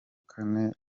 kane